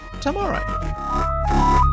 tomorrow